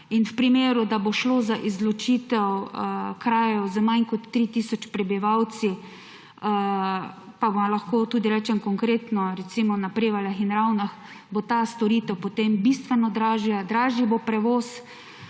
in v primeru, da bo šlo za izločitev krajev z manj kot 3 tisoč prebivalci, pa lahko tudi rečem konkretno, recimo na Prevaljah in Ravnah, da bo ta storitev potem bistveno dražja; dražji bo prevoz,